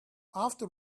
after